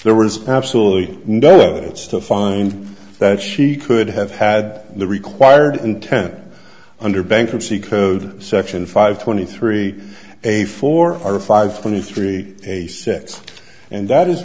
there was absolutely no evidence to find that she could have had the required intent under bankruptcy code section five twenty three a four or five twenty three a six and that is